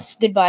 Goodbye